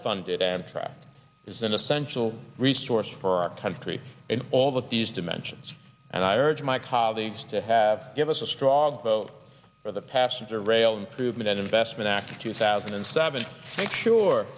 funded amtrak is an essential resource for our country and all that these dimensions and i urge my colleagues to have give us a strong vote for the passenger rail improvement and investment act of two thousand and seven make sure